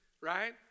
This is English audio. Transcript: right